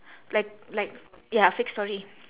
like like ya fake story